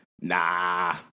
nah